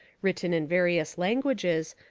written in vari ous languages,